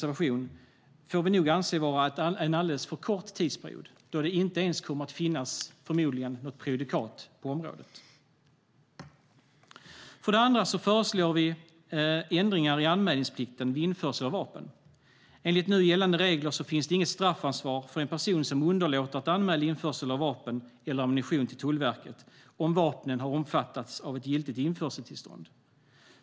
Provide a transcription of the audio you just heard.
Det får vi nog anse vara en alldeles för kort tidsperiod, eftersom det förmodligen inte ens kommer att finnas något prejudikat på området. För det andra föreslås ändringar i anmälningsplikten vid införsel av vapen. Enligt nu gällande regler finns inget straffansvar för en person som underlåter att anmäla införsel av vapen eller ammunition till Tullverket om vapnen har omfattats av ett giltigt införseltillstånd.